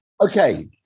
Okay